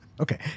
Okay